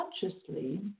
consciously